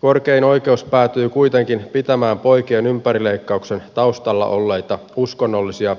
korkein oikeus päätyi kuitenkin pitämään poikien ympärileikkauksen taustalla olleita uskonnollisia